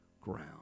ground